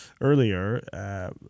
earlier